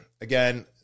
again